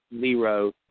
Zero